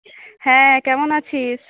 হ্যাঁ কেমন আছিস